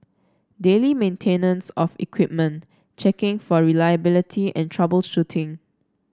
daily maintenance of equipment checking for reliability and troubleshooting